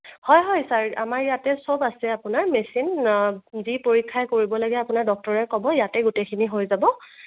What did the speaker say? হয় হয় ছাৰ আমাৰ ইয়াতে চব আছে আপোনাৰ মেচিন যি পৰীক্ষা কৰিব লাগে আপোনাৰ ডক্টৰে ক'ব ইয়াতে গোটেইখিনি হৈ যাব